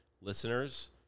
listeners